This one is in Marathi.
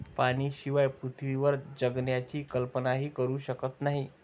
पाण्याशिवाय पृथ्वीवर जगण्याची कल्पनाही करू शकत नाही